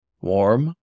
Warm